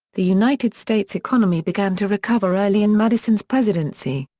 the united states economy began to recover early in madison's presidency.